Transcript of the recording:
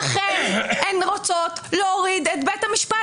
לכן הן רוצות להוריד את בית המשפט.